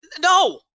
no